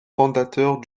fondateurs